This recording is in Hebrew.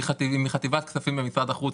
היא מחטיבת הכספים במשרד החוץ.